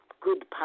good